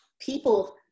people